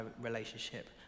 relationship